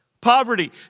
poverty